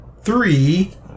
three